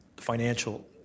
financial